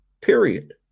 period